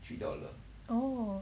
oh